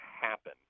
happen